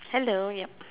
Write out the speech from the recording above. hello yup